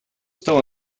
estão